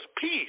peace